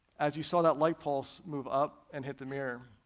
as you saw that light pulse move up and hit the mirror.